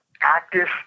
active